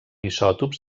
isòtops